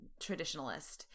traditionalist